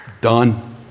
Done